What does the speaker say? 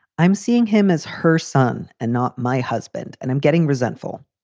i'm seeing him as her son and not my husband. and i'm getting resentful.